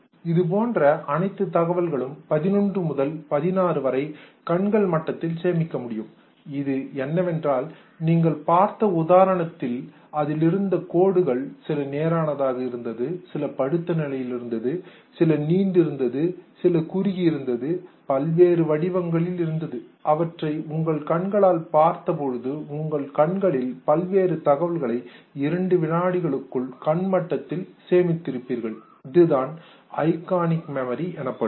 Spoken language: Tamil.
இதுபோன்ற அனைத்து தகவல்களும் 11 முதல் 16 வரை கண்கள் மட்டத்தில் சேமிக்க முடியும் இது என்னவென்றால் நீங்கள் பார்த்த உதாரணத்தில் அதிலிருந்த கோடுகள் சில நேர் ஆனதாக இருந்தது சில படுத்த நிலையில் இருந்தது சில நீண்டிருந்தது சில குறுகியிருந்தது பல்வேறு வடிவங்களில் இருந்தது அவற்றை உங்கள் கண்களால் பார்த்த பொழுது உங்கள் கண்களில் பல்வேறு தகவல்களை2 வினாடிகளுக்குள் கண் மட்டத்தில் சேமித்து இருப்பீர்கள் இதுதான் ஐகானிக் மெமரி எனப்படுவது